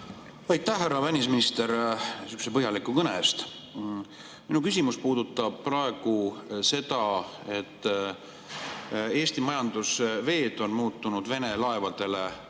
Aitäh, härra välisminister, sihukese põhjaliku kõne eest! Minu küsimus puudutab praegu seda, et Eesti majandusveed on muutunud Vene laevadele